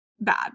bad